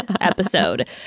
episode